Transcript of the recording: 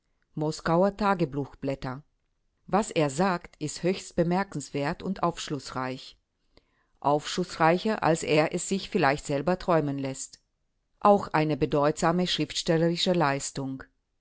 moskauer tagebuchblätter was er sagt ist höchst bemerkenswert und aufschlußreich aufschlußreicher als er es sich vielleicht selber träumen läßt auch eine bedeutsame schriftstellerische leistung